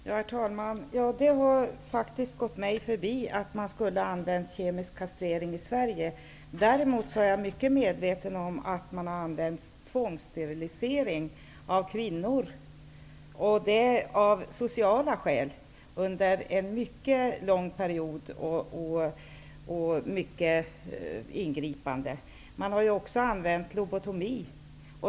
Herr talman! Det har faktiskt gått mig förbi att man använt kemisk kastrering i Sverige. Däremot är jag mycket medveten om att man har använt tvångssterilisering mot kvinnor, och det av sociala skäl, under en mycket lång period. Det har varit mycket ingripande. Man har också använt lobotomi.